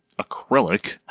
acrylic